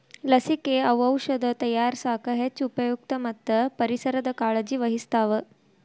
ಲಸಿಕೆ, ಔಔಷದ ತಯಾರಸಾಕ ಹೆಚ್ಚ ಉಪಯುಕ್ತ ಮತ್ತ ಪರಿಸರದ ಕಾಳಜಿ ವಹಿಸ್ತಾವ